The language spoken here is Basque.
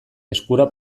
eskura